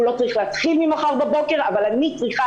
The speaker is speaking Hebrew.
הוא לא צריך להתחיל ממחר בבוקר אבל אני צריכה